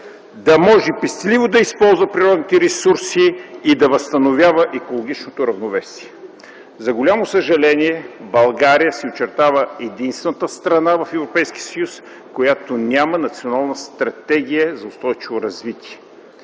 с цел пестеливо да използва природните ресурси и да възстановява екологичното равновесие. За голямо съжаление България се очертава единствената страна в Европейския съюз, която няма Национална стратегия за устойчиво развитие.